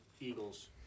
Eagles